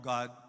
God